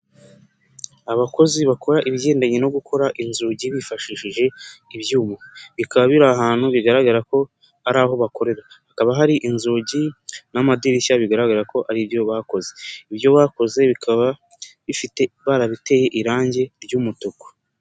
Abakozi bakora ibigendanye no gukora inzugi bifashishije ibyuma, bikaba biri ahantu bigaragara ko ari aho bakorera. Hakaba hari inzugi n'amadirishya bigaragara ko ari ibyo bakoze, ibyo bakoze bikaba barabiteye irangi ry'umutuku.